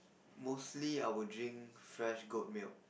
mostly I would drink fresh goat milk